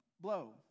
blow